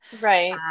Right